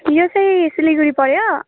यो चैँ सिलगढी पऱ्यो